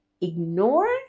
ignore